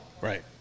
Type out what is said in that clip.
Right